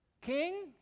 king